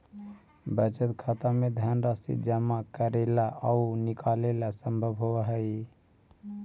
बचत खाता में धनराशि जमा करेला आउ निकालेला संभव होवऽ हइ